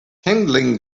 handling